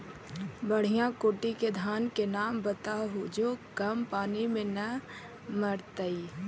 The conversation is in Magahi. बढ़िया कोटि के धान के नाम बताहु जो कम पानी में न मरतइ?